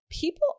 people